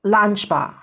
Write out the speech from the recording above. lunch 吧